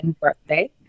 birthday